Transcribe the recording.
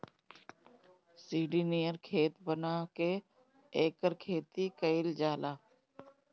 सीढ़ी नियर खेत बना के एकर खेती कइल जाला